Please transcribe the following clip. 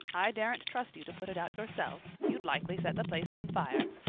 i daren't trust you to put it out yourself. you'd likely set the place on fire.